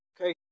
Okay